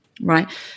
right